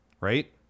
Right